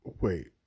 wait